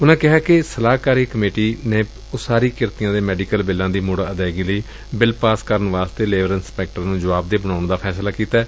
ਉਨੂਾਂ ਕਿਹਾ ਕਿ ਸਲਾਹਕਾਰੀ ਕਮੇਟੀ ਨੇ ਉਸਾਰੀ ਕਿਰਤੀਆਂ ਦੇ ਸੈਡੀਕਲ ਬਿੱਲਾਂ ਦੀ ਮੁੜ ਅਦਾਇਗੀ ਲਈ ਬਿੱਲ ਪਾਸ ਕਰਨ ਵਾਸਤੇ ਲੇਬਰ ਇੰਸਪੈਕਟਰਾਂ ਨੂੰ ਜੁਆਬ ਦੇਹ ਬਣਾਉਣ ਦਾ ਫੈਸਲਾ ਕੀਤੈ